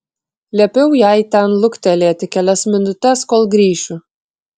liepiau jai ten luktelėti kelias minutes kol grįšiu